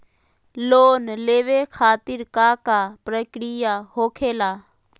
Loan लेवे खातिर का का प्रक्रिया होखेला?